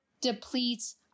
depletes